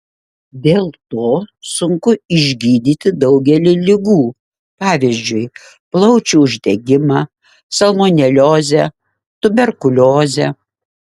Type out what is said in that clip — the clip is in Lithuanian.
dėl to sunku išgydyti daugelį ligų pavyzdžiui plaučių uždegimą salmoneliozę tuberkuliozę